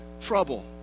trouble